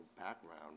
background